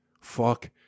Fuck